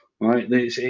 right